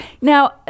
Now